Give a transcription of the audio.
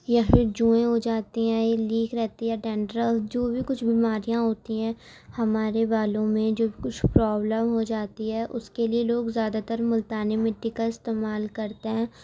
یہ پھر جوئیں ہو جاتی ہیں یا لیکھ رہتی ہے ڈنٹرف جو بھی کچھ بیماریاں ہوتی ہیں ہمارے بالوں میں جو کچھ پرابلم ہو جاتی ہے اُس کے لیے لوگ زیادہ تر مُلتانی مٹی کا استعمال کرتے ہیں